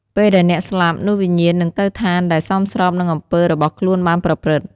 ពេលដែលអ្នកស្លាប់ នោះវិញ្ញាណនឹងទៅឋានដែលសមស្របនឹងអំពើរបស់ខ្លួនបានប្រព្រឹត្ត។